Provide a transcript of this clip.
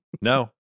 no